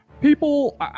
People